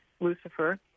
Lucifer